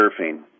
surfing